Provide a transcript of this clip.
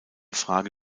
frage